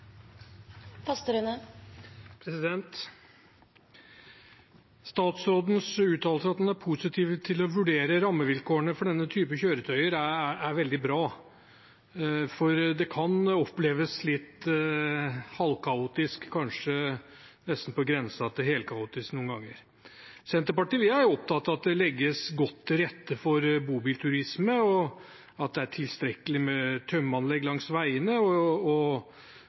veldig bra, for det kan oppleves litt halvkaotisk, kanskje nesten på grensen til helkaotisk, noen ganger. Vi i Senterpartiet er opptatt av at det legges godt til rette for bobilturisme, og at det er tilstrekkelig med tømmeanlegg langs veiene. Vi ser at Statens vegvesen har utarbeidet en strategi på dette, som er veldig bra, og